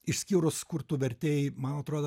išskyrus kur tu vertei man atrodo